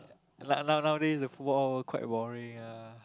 like now now nowaday the football quite boring ah